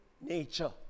nature